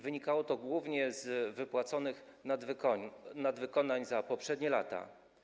Wynikało to głównie z wypłaconych nadwykonań za poprzednie lata.